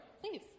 please